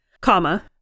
comma